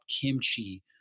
kimchi